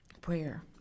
prayer